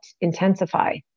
intensify